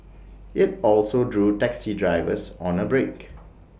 IT also drew taxi drivers on A break